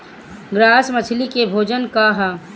Grass मछली के भोजन का ह?